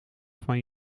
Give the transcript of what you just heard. van